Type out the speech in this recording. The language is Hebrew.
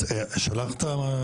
יתנו לנו תמונת